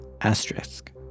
asterisk